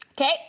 Okay